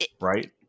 right